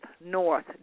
north